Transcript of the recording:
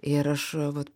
ir aš vat